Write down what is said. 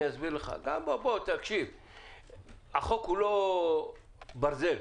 החוק הוא לא ברזל.